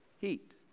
heat